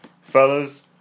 Fellas